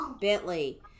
Bentley